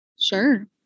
Sure